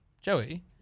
Joey